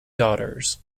daughters